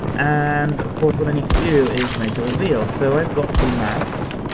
and of course, what i need to do, is make a reveal. so i've got some masks,